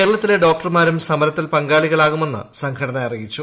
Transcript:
കേരളത്തിലെ ഡോക്ടർമാരും സമരത്തിൽ പങ്കാളികളാകുമെന്ന് സംഘടന അറിയിച്ചു